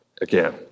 again